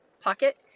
pocket